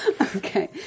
Okay